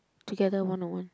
together one on one